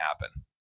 happen